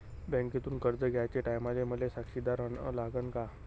बँकेतून कर्ज घ्याचे टायमाले मले साक्षीदार अन लागन का?